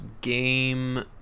game